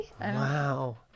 Wow